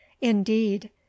indeed